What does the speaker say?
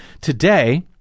today